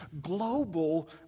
global